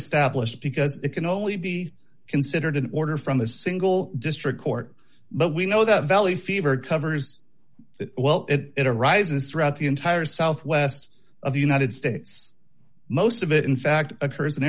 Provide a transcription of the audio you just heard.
established because it can only be considered an order from a single district court but we know that valley fever covers well it arises throughout the entire southwest of the united states most of it in fact occurs in